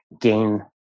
gain